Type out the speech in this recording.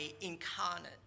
incarnate